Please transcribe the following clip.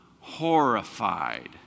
horrified